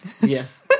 yes